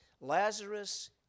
Lazarus